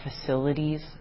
facilities